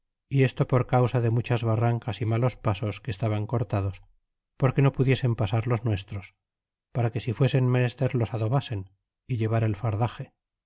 y esto por causa de muchas barrancas y pasos malos que estaban cortados porque no pudiesen pasar los nuestros para que si fuesen menester los adobasen y llevar el fardaje y los de